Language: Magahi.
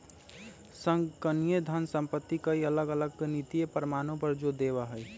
संगणकीय धन संपत्ति कई अलग अलग गणितीय प्रमाणों पर जो देवा हई